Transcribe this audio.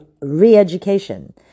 re-education